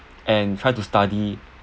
and try to study